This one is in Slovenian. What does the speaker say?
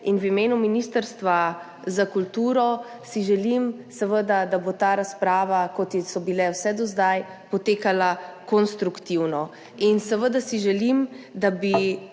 in v imenu Ministrstva za kulturo si seveda želim, da bo ta razprava, kot so bile vse do zdaj, potekala konstruktivno. Seveda si želim, da bi